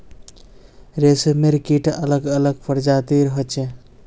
रेशमेर कीट अलग अलग प्रजातिर होचे